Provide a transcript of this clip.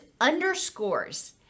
underscores